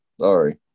Sorry